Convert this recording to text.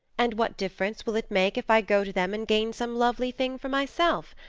and what difference will it make if i go to them and gain some lovely thing for myself?